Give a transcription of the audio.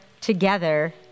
together